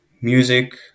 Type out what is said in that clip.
music